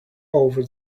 over